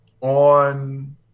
on